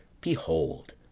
Behold